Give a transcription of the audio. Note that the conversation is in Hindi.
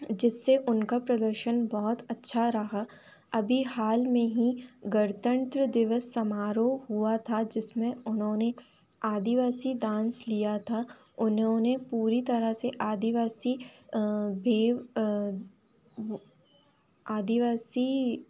जिससे उनका प्रदर्शन बहुत अच्छा रहा अभी हाल में ही गणतंत्र दिवस समारोह हुआ था जिसमें उन्होंने आदिवासी डांस लिया था उन्होंने पूरी तरह से आदिवासी भे वो आदिवासी